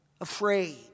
afraid